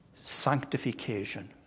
sanctification